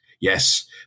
yes